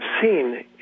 seen